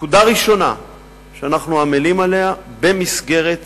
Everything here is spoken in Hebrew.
נקודה ראשונה שאנחנו עמלים עליה במסגרת